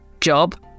job